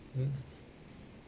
mm